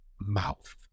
mouth